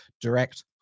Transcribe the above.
direct